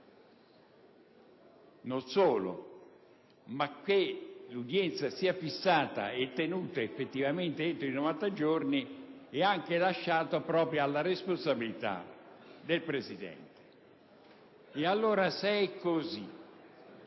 Non solo, ma che l'udienza sia fissata e tenuta effettivamente entro i 90 giorni è lasciato proprio alla responsabilità del presidente. Ebbene, se così